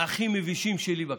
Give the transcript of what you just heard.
הכי מבישים שלי בכנסת,